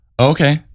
Okay